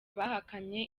bahakanye